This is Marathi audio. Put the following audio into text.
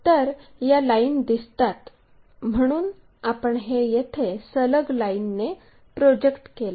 तर या लाईन दिसतात म्हणून आपण हे येथे सलग लाईनने प्रोजेक्ट केले